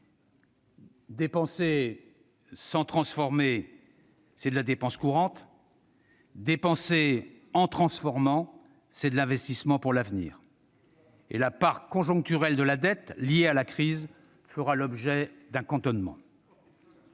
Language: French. Dépenser sans transformer, c'est de la dépense courante. Dépenser en transformant, c'est de l'investissement pour l'avenir. La part conjoncturelle de la dette, liée à la crise, fera l'objet d'un cantonnement.